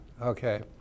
okay